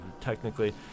technically